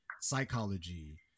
psychology